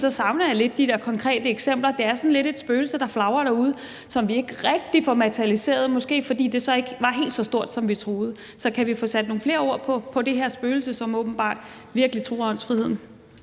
savner jeg lidt de der konkrete eksempler. Det er sådan lidt et spøgelse, der flagrer derude, som vi ikke rigtig får materialiseret, måske fordi det så ikke var helt så stort, som vi troede. Så kan vi få sat nogle flere ord på det her spøgelse, som åbenbart virkelig truer åndsfriheden?